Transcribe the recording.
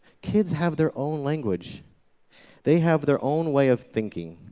kids have their own language they have their own way of thinking.